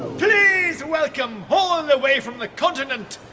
please welcome all and the way from the continent,